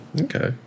Okay